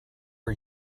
are